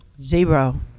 zero